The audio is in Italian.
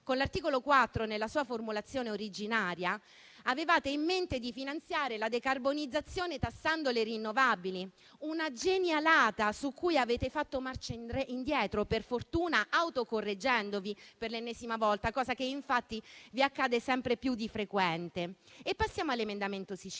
Con l'articolo 4, nella sua formulazione originaria, avevate in mente di finanziare la decarbonizzazione tassando le rinnovabili: una genialata su cui avete fatto marcia indietro - per fortuna - autocorreggendovi per l'ennesima volta, cosa che infatti vi accade sempre più di frequente. Passiamo all'emendamento Sicilia.